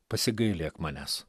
pasigailėk manęs